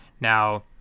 now